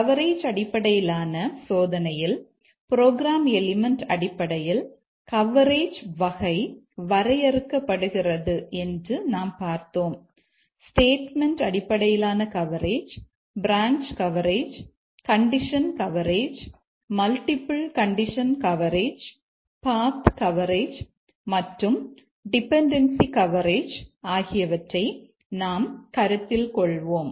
coverage அடிப்படையிலான சோதனையில் program element coverage ஆகியவற்றை நாம் கருத்தில் கொள்வோம்